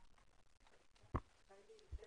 היא יכולה